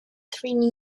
three